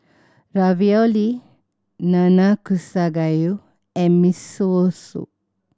Ravioli Nanakusa Gayu and Miso Soup